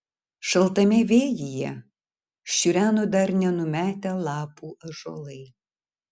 šaltame vėjyje šiureno dar nenumetę lapų ąžuolai